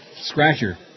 Scratcher